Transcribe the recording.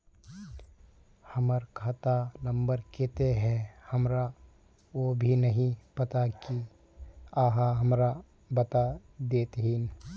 हमर खाता नम्बर केते है हमरा वो भी नहीं पता की आहाँ हमरा बता देतहिन?